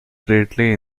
greatly